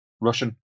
russian